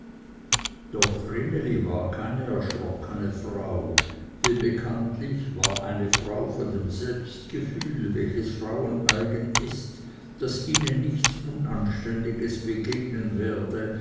doch vreneli war keine erschrockene frau bekanntlich war eine frau von dem selbstgefühl welches frauen eigen ist daß ihnen nichts unanständiges begegnen werde